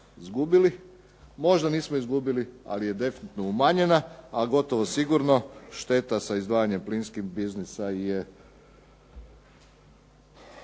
Možda nismo izgubili ali je definitivno umanjena, a gotovo sigurno šteta sa izdvajanjem plinskih biznisa je